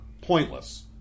Pointless